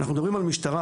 אנחנו מדברים על משטרה.